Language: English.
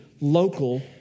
local